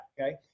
okay